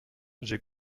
j’ai